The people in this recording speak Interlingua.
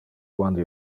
quando